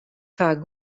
faak